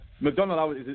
McDonald